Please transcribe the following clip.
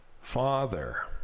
Father